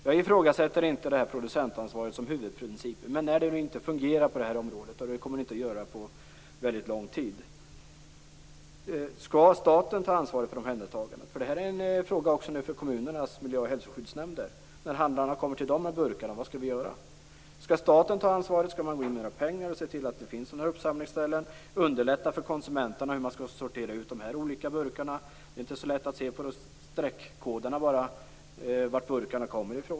Jag ifrågasätter inte producentansvaret som huvudprincip, men när det nu inte fungerar på det här området, och det kommer det inte att göra på mycket lång tid. Skall staten ta ansvaret för omhändertagandet? Det här är också en fråga för kommunernas miljö och hälsoskyddsnämnder. Handlarna kommer till dem med burkarna och frågar: Vad skall vi göra? Skall staten ta ansvaret? Skall man gå in med mer pengar och se till att det finns sådana här uppsamlingsställen och underlätta för konsumenterna att sortera ut de här olika burkarna? Det är inte så lätt att se på streckkoden varifrån burkarna kommer.